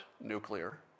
nuclear